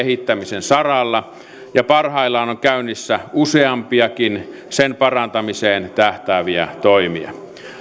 kehittämisen saralla ja parhaillaan on käynnissä useampiakin sen parantamiseen tähtääviä toimia